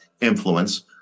influence